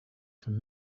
from